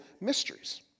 mysteries